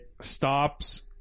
stops